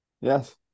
Yes